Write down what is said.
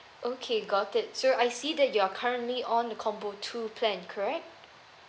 okay got it so I see that you're currently on a combo two plan correct